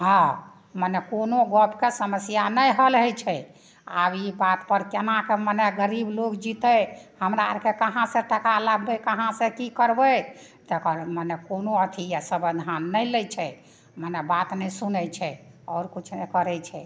हँ मने कोनो गपके समस्या नहि हल होइ छै आब ई बात पर कोनाके मने गरीब लोक जीतै हमरा आरके कहाँ सऽ टका लेबै कहाँ सऽ की करबै तेकर मने कोनो अथी यए सन्हा नहि लै छै मने बात नहि सुनै छै आओर किछु नहि करै छै